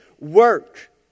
work